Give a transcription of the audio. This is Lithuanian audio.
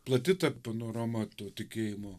plati panorama tų tikėjimo